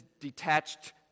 detached